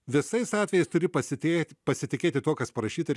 visais atvejais turi pasitė pasitikėti tuo kas parašyta